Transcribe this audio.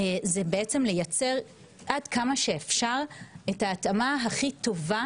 זה בעצם לייצר עד כמה שאפשר את ההתאמה הכי טובה